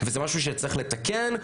וזה משהו שצריך לתקן,